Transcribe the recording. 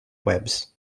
webs